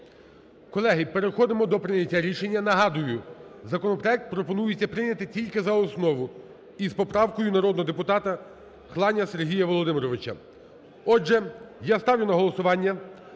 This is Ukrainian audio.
Колеги, переходимо до прийняття рішення. Нагадую, законопроект пропонується прийняти тільки за основу і з поправкою народного депутата Хланя Сергія Володимировича. Отже, я ставлю на голосування